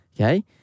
okay